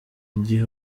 igihe